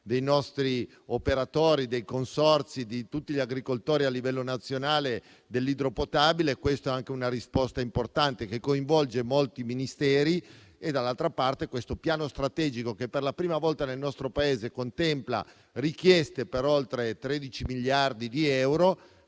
dei nostri operatori, dei consorzi di tutti gli agricoltori a livello nazionale dell'idropotabile: anche questa è una risposta importante che coinvolge molti Ministeri. Dall'altra parte, c'è il piano strategico che, per la prima volta nel nostro Paese, contempla richieste per oltre 13 miliardi di euro,